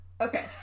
Okay